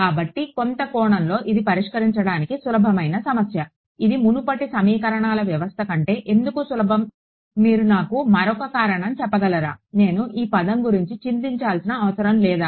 కాబట్టి కొంత కోణంలో ఇది పరిష్కరించడానికి సులభమైన సమస్య ఇది మునుపటి సమీకరణాల వ్యవస్థ కంటే ఎందుకు సులభం అని మీరు నాకు మరొక కారణం చెప్పగలరా నేను ఏ పదం గురించి చింతించాల్సిన అవసరం లేదు